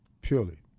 Purely